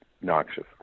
noxious